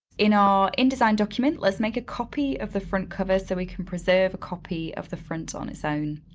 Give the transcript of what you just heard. in our indesign document, let's make a copy of the front cover so we can preserve a copy of the front on its own.